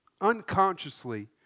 unconsciously